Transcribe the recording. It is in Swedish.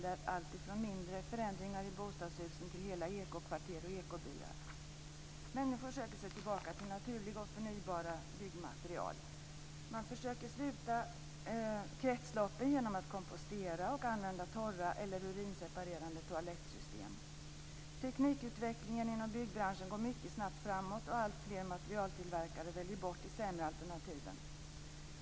Det gäller alltifrån mindre förändringar i bostadshusen till hela ekokvarter och ekobyar. Människor söker sig tillbaka till naturliga och förnybara byggmaterial. Man försöker att sluta kretsloppen genom att kompostera och använda torra eller urinseparerande toalettsystem. Teknikutvecklingen inom byggbranschen går mycket snabbt framåt och alltfler materialtillverkare väljer bort de sämre alternativen.